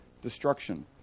destruction